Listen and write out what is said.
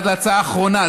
עד להצבעה האחרונה,